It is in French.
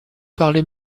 parler